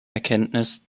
erkenntnis